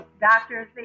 doctors